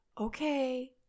Okay